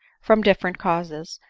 from different causes,